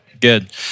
Good